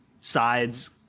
side's